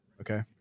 Okay